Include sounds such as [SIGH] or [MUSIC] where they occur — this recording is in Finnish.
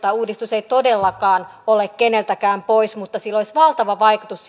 toistaa uudistus ei todellakaan ole keneltäkään pois mutta sillä olisi valtava vaikutus [UNINTELLIGIBLE]